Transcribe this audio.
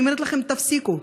אני אומרת לכם: תפסיקו.